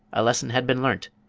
a lesson had been learnt,